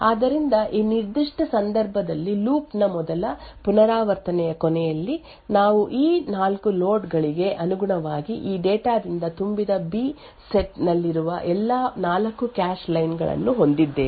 ಆದ್ದರಿಂದ ಈ ನಿರ್ದಿಷ್ಟ ಸಂದರ್ಭದಲ್ಲಿ ಲೂಪ್ ನ ಮೊದಲ ಪುನರಾವರ್ತನೆಯ ಕೊನೆಯಲ್ಲಿ ನಾವು ಈ ನಾಲ್ಕು ಲೋಡ್ ಗಳಿಗೆ ಅನುಗುಣವಾಗಿ ಈ ಡೇಟಾ ದಿಂದ ತುಂಬಿದ ಬಿ ಸೆಟ್ ನಲ್ಲಿರುವ ಎಲ್ಲಾ 4 ಕ್ಯಾಶ್ ಲೈನ್ ಗಳನ್ನು ಹೊಂದಿದ್ದೇವೆ